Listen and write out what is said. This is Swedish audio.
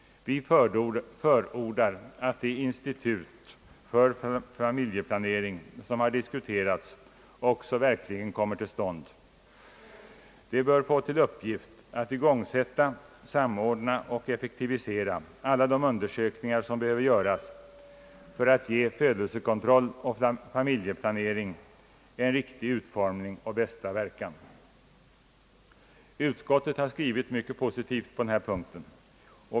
Vi förordar att det institut för familjeplanering, som har diskuterats, också verkligen kommer till stånd. Det bör få till uppgift att igångsätta, samordna och effektivisera alla de undersökningar som behöver göras för att ge födelsekontroll och familjeplanering en riktig utformning och bästa verkan. Utskottet har skrivit mycket positivt på denna punkt.